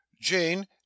jane